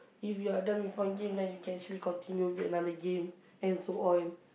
if you are done with one game then you can actually continue with another game and so on